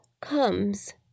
comes